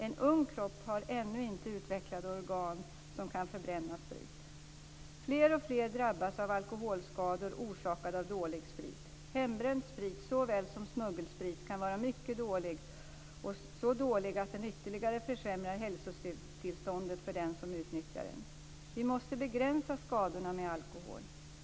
En ung kropp har ännu inte utvecklade organ som kan förbränna sprit. Fler och fler drabbas av alkoholskador orsakade av dålig sprit. Hembränd sprit likaväl som smuggelsprit kan var mycket dålig, så dålig att den ytterligare försämrar hälsotillståndet för den som nyttjar den. Vi måste begränsa skadorna av alkohol.